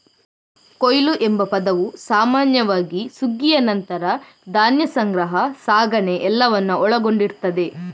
ಕೊಯ್ಲು ಎಂಬ ಪದವು ಸಾಮಾನ್ಯವಾಗಿ ಸುಗ್ಗಿಯ ನಂತರ ಧಾನ್ಯ ಸಂಗ್ರಹ, ಸಾಗಣೆ ಎಲ್ಲವನ್ನ ಒಳಗೊಂಡಿರ್ತದೆ